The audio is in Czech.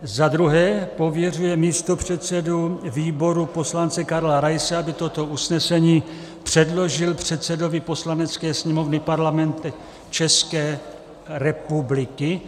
Zadruhé pověřuje místopředsedu výboru poslance Karla Raise, aby toto usnesení předložil předsedovi Poslanecké sněmovny Parlamentu České republiky.